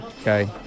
Okay